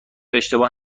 اشتباه